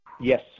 yes